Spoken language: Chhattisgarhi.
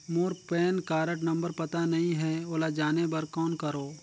मोर पैन कारड नंबर पता नहीं है, ओला जाने बर कौन करो?